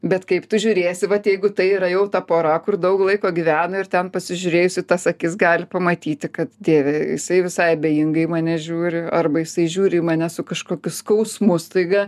bet kaip tu žiūrėsi vat jeigu tai yra jau ta pora kur daug laiko gyveno ir ten pasižiūrėjus į tas akis gali pamatyti kad dieve jisai visai abejingai į mane žiūri arba jisai žiūri į mane su kažkokiu skausmu staiga